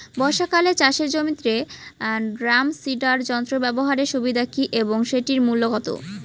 বর্ষাকালে চাষের জমিতে ড্রাম সিডার যন্ত্র ব্যবহারের সুবিধা কী এবং সেটির মূল্য কত?